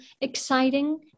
exciting